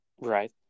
Right